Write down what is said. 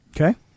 Okay